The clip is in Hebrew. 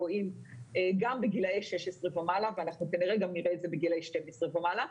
רואים גם בגילי 16 ומעלה ואנחנו כנראה גם נראה את זה בגילי 12 ומעלה.